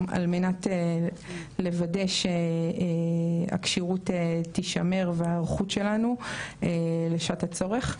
על מנת לוודא שהכשירות תישמר והיערכות שלנו לשעת הצורך.